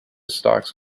stocks